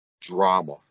drama